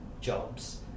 jobs